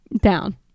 Down